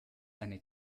eine